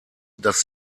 dass